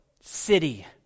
city